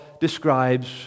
describes